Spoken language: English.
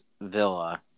Villa